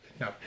no